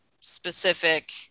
specific